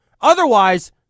Otherwise